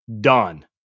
done